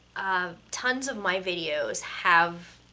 um, tons of my videos have